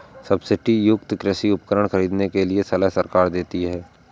subsidy युक्त कृषि उपकरण खरीदने के लिए सलाह सरकार देती है